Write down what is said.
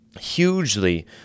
hugely